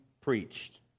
preached